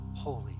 holy